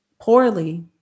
poorly